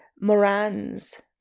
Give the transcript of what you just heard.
Moran's